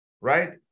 right